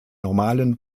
normalen